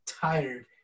tired